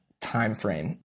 timeframe